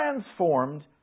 transformed